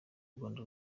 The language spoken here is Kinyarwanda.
rwanda